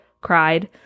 cried